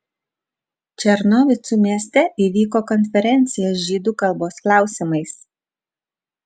černovicų mieste įvyko konferencija žydų kalbos klausimais